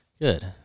Good